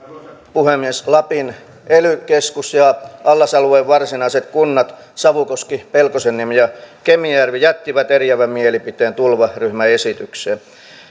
puhemies lapin ely keskus ja allasalueen varsinaiset kunnat savukoski pelkosenniemi ja kemijärvi jättivät eriävän mielipiteen tulvaryhmän esitykseen